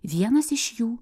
vienas iš jų